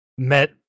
Met